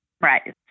Right